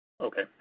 Okay